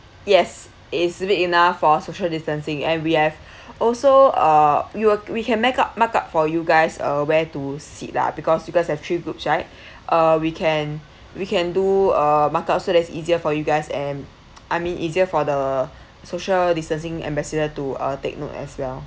yes it's big enough for social distancing and we have also uh you are we can make up markup for you guys uh where to seat lah because you guys have three groups right uh we can we can do uh markup so that's easier for you guys and I meant easier for the social distancing ambassador to uh take note as well